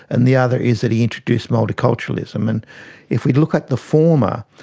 and the other is that he introduced multiculturalism. and if we look at the former,